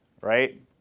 right